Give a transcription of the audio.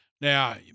Now